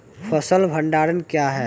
फसल भंडारण क्या हैं?